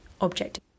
object